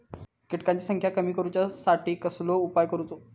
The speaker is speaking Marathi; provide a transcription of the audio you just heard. किटकांची संख्या कमी करुच्यासाठी कसलो उपाय करूचो?